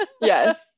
yes